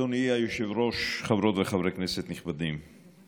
אדוני היושב-ראש, חברות וחברי כנסת נכבדים,